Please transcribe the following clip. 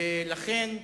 ולכן,